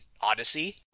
odyssey